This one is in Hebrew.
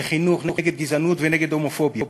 לחינוך נגד גזענות ונגד הומופוביה.